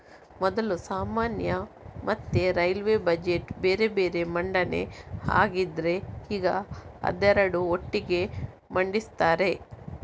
ಮೊದಲು ಸಾಮಾನ್ಯ ಮತ್ತೆ ರೈಲ್ವೇ ಬಜೆಟ್ ಬೇರೆ ಬೇರೆ ಮಂಡನೆ ಆಗ್ತಿದ್ರೆ ಈಗ ಅದೆರಡು ಒಟ್ಟಿಗೆ ಮಂಡಿಸ್ತಾರೆ